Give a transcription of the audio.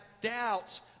doubts